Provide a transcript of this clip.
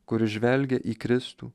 kuris žvelgia į kristų